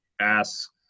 ask